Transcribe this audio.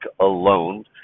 alone